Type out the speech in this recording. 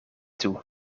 toe